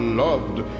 loved